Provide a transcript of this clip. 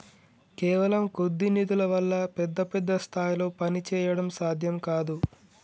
కేవలం కొద్ది నిధుల వల్ల పెద్ద పెద్ద స్థాయిల్లో పనిచేయడం సాధ్యం కాదు